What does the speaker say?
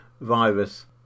virus